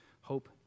hope